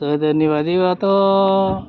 गोदोनिबादिबाथ'